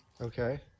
Okay